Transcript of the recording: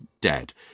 dead